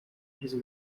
his